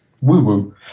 woo-woo